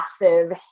massive